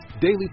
daily